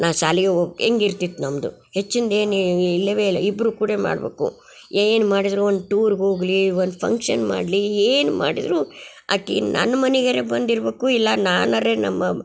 ನಾ ಶಾಲಿಗೆ ಹೋಗ್ ಹೆಂಗಿರ್ತಿತ್ ನಮ್ಮದು ಹೆಚ್ಚಿಂದ ಏನು ಇಲ್ಲವೇ ಇಲ್ಲ ಇಬ್ಬರು ಕೂಡ ಮಾಡಬೇಕು ಏನು ಮಾಡಿದ್ದರೂ ಒಂದು ಟೂರ್ಗ ಹೋಗ್ಲಿ ಒಂದು ಫಂಕ್ಷನ್ ಮಾಡಲಿ ಏನು ಮಾಡಿದ್ದರು ಆಕಿ ನನ್ನ ಮನಿಗರೆ ಬಂದಿರಬೇಕು ಇಲ್ಲ ನಾನರೆ ನಮ್ಮ